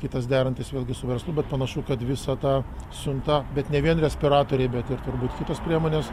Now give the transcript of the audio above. kitas derantis vėlgi su verslu bet panašu kad visa ta siunta bet ne vien respiratoriai bet ir turbūt kitos priemonės